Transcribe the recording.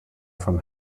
from